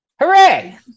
Hooray